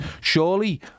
surely